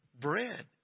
bread